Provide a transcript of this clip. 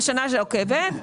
-- בשנה שעוקבת,